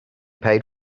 paid